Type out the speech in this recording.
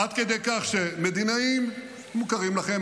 עד כדי כך שמדינאים מוכרים לכם,